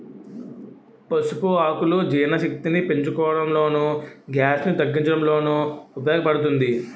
పసుపు ఆకులు జీర్ణశక్తిని పెంచడంలోను, గ్యాస్ ను తగ్గించడంలోనూ ఉపయోగ పడుతుంది